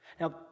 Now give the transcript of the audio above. Now